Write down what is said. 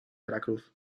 veracruz